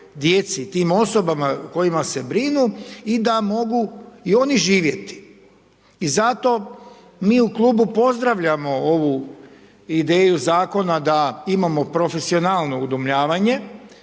tim osobama o kojima se brinu i da mogu i oni živjeti. I zato mi u klubu pozdravljamo ovu ideju zakona da imamo profesionalno udomljavanje,